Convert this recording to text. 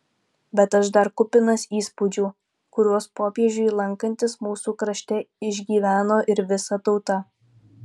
bet aš dar kupinas įspūdžių kuriuos popiežiui lankantis mūsų krašte išgyveno ir visa tauta